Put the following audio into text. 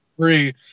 free